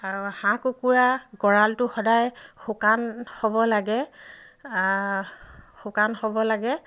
আৰু হাঁহ কুকুৰা গঁৰালটো সদায় শুকান হ'ব লাগে শুকান হ'ব লাগে